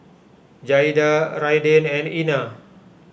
Jaeda Araiden and Ena